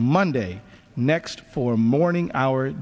monday next for morning hour